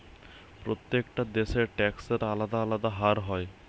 প্রত্যেকটা দেশে ট্যাক্সের আলদা আলদা হার হয়